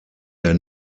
der